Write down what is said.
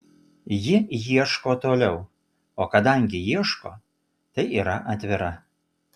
ji ieško toliau o kadangi ieško tai yra atvira